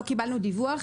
לא קיבלנו דיווח.